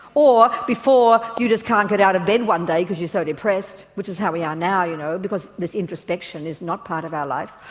or before you just can't get out of bed one day because you're so depressed which is how we are now you know because this introspection is not part of our life,